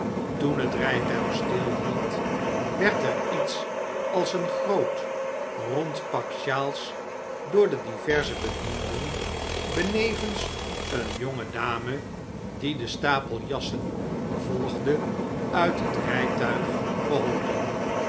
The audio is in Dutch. toen het rijtuig stilhield werd er iets als een groot rond pak sjaals door de diverse bedienden benevens een jonge dame die den stapel jassen volgde uit het rijtuig geholpen